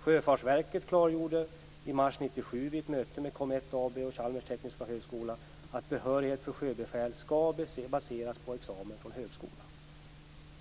Sjöfartsverket klargjorde i mars 1997 vid ett möte med Comet AB och Chalmers tekniska högskola att behörighet för sjöbefäl skall baseras på examen från högskolan.